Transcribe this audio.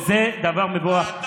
וזה דבר מבורך.